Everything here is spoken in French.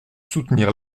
soutenir